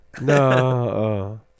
No